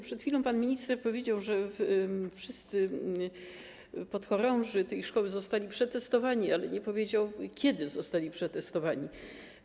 Przed chwilą pan minister powiedział, że wszyscy podchorąży tej szkoły zostali przetestowani, ale nie powiedział, kiedy zostali przetestowani.